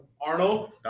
Arnold